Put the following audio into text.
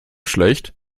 schlecht